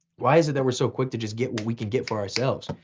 why is it that we're so quick to just get we can get for ourselves?